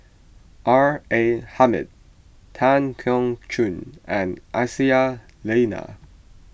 R A Hamid Tan Keong Choon and Aisyah Lyana